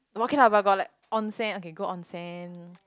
but okay lah but got like onsen I can go onsen